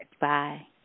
Bye